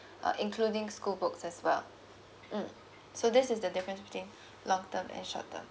uh including school books as well mm so this is the difference between long term and short term